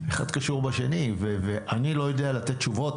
אחד קשור בשני ואני לא יודע לתת תשובות.